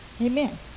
Amen